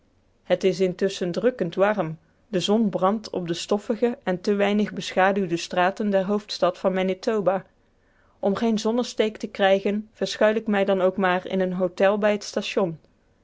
t is intusschen drukkend warm de zon brandt op de stoffige en te weinig beschaduwde straten der hoofdstad van manitoba om geen zonnesteek te krijgen verschuil ik mij dan ook maar in een hôtel bij t station